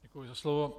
Děkuji za slovo.